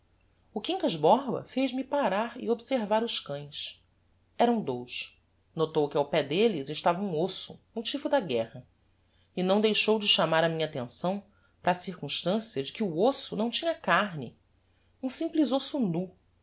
o quincas borba fez-me parar e observar os cães eram dous notou que ao pé delles estava um osso motivo da guerra e não deixou de chamar a minha attenção para a circumstancia de que o osso não tinha carne um simples osso